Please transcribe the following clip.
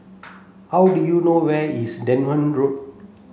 how do you know where is Denham Road